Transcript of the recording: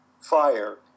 fire